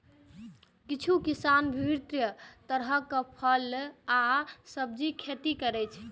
किछु किसान विभिन्न तरहक फल आ सब्जीक खेती करै छै